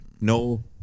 No